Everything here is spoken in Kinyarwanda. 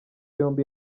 yombi